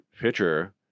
pitcher